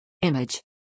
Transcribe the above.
Image